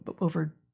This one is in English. over